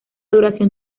duración